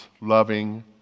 loving